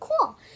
cool